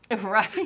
Right